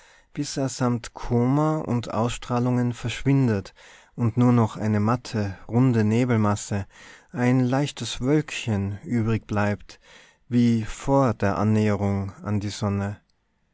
bis er samt koma und ausstrahlungen verschwindet und nur noch eine matte runde nebelmasse ein leichtes wölkchen übrig bleibt wie vor der annäherung an die sonne